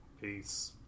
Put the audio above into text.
Peace